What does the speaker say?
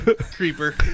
Creeper